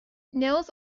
nils